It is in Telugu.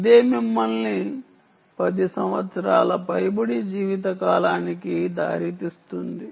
ఇదే మిమ్మల్ని 10 సంవత్సరాల పైబడి జీవితకాలానికి దారి తీస్తుంది